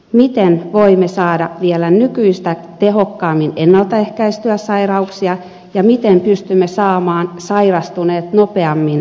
miten voimme saada vielä nykyistä tehokkaammin ennaltaehkäistyä sairauksia ja miten pystymme saamaan sairastuneet nopeammin terveiksi